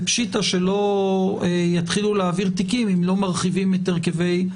ופשיטא שלא יתחילו להעביר תיקים אם לא מרחיבים את הרכבי השופטים.